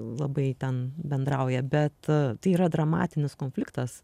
labai ten bendrauja bet tai yra dramatinis konfliktas